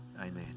Amen